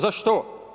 Za što?